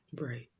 right